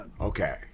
Okay